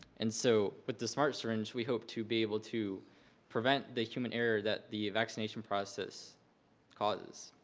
and so, with the smart syringe, we hope to be able to prevent the human error that the vaccination process causes.